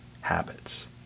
habits